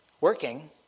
working